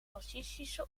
racistische